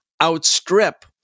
outstrip